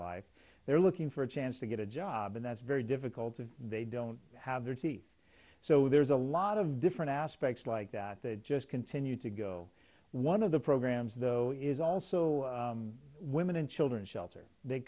life they're looking for a chance to get a job and that's very difficult and they don't have their teeth so there's a lot of different aspects like that that just continue to go one of the programs though is also women and children shelter that